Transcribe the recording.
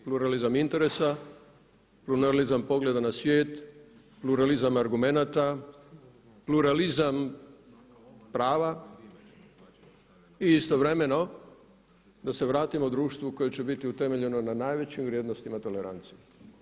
Pluralizam interesa, pluralizam pogleda na svijet, pluralizam argumenata, pluralizam prava i istovremeno da se vratimo društvu koje će biti utemeljeno na najvećim vrijednostima tolerancije.